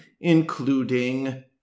including